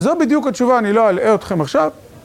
זו בדיוק התשובה, אני לא אלאה אתכם עכשיו.